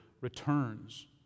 returns